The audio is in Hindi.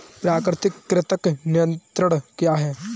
प्राकृतिक कृंतक नियंत्रण क्या है?